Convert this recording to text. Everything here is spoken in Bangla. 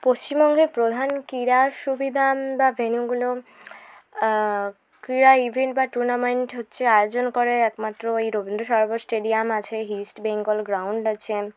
পশ্চিমবঙ্গের প্রধান ক্রীড়া সুবিধা বা ভেনুগুলো ক্রীড়া ইভেন্ট বা টুর্নামেন্ট হচ্ছে আয়োজন করে একমাত্র এই রবীন্দ্র সরোবর স্টেডিয়াম আছে ইস্ট বেঙ্গল গ্রাউন্ড আছে